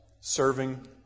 serving